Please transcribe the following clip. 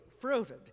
Fruited